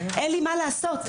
אין לי מה לעשות.